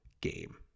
game